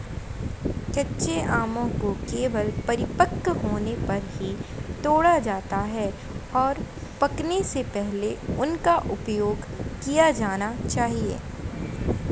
कच्चे आमों को केवल परिपक्व होने पर ही तोड़ा जाता है, और पकने से पहले उनका उपयोग किया जाना चाहिए